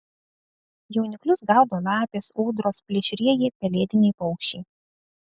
jauniklius gaudo lapės ūdros plėšrieji pelėdiniai paukščiai